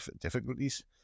difficulties